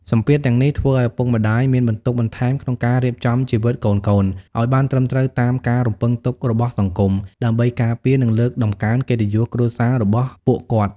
សម្ពាធទាំងនេះធ្វើឲ្យឪពុកម្ដាយមានបន្ទុកបន្ថែមក្នុងការរៀបចំជីវិតកូនៗឲ្យបានត្រឹមត្រូវតាមការរំពឹងទុករបស់សង្គម ដើម្បីការពារ និងលើកតម្កើងកិត្តិយសគ្រួសាររបស់ពួកគាត់។